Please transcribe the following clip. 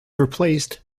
replaced